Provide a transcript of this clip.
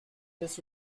this